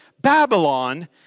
Babylon